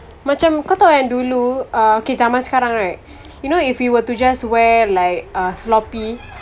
macam kau tahu kan dulu uh okay zaman sekarang right you know if you were to just wear like uh sloppy